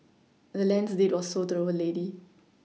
the land's deed was sold to the old lady